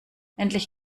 endlich